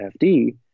FD